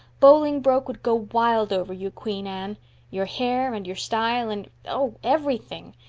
bolingbroke would go wild over you, queen anne your hair and your style and, oh, everything!